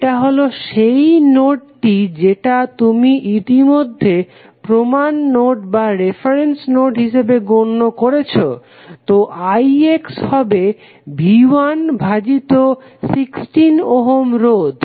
এটা হলো সেই নোডটি যেটা তুমি ইতিমধ্যে প্রমান নোড হিসেবে গণ্য করেছো তো IX হবে V1 ভাজিত 16 ওহম রোধ